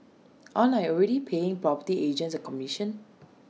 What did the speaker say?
aren't I already paying property agents A commission